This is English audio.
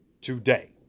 today